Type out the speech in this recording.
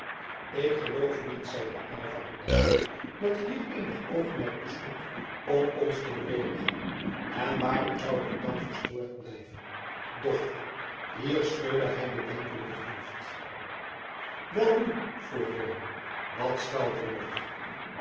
ik geloof niet zeide aylva bedaard dat hier eenig oogmerk bestond om ons te beleedigen en waarom zoude ik dan verstoord blijven doch hier schudde hij bedenkelijk het hoofd welnu vroeg willem wat schuilt er nog